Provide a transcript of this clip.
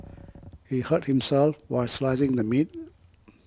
he hurt himself while slicing the meat